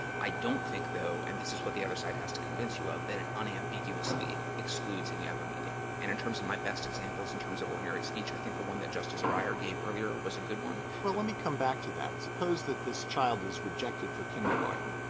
i don't think, though and this is what the other side has to convince you of that it unambiguously excludes any other meaning. and in terms of my best examples in terms of ordinary speech, i think the one that justice breyer gave earlier was a good one. alito well, let me come back to that. suppose that this child is rejected for kindergarten,